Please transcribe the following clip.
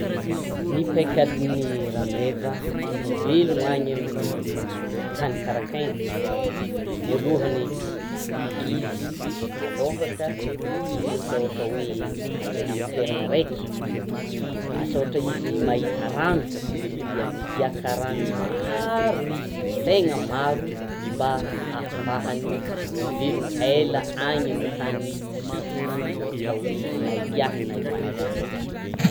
Ny paikadin'ny rameva mivelona any amin'ny tany karakaina, voalohany, izy alohaka izy ohatra ohatra hoe: andeha amin'ny toerana araiky, asa ohatra izy mahita rano, dia migaika rano maaaaro izy! tegna maro; mba afahany mivelona ela any amin'ny tany tsisy ohatra hoe: na igiahany, na hoaniny.